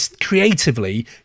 creatively